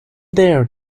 there